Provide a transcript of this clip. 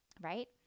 right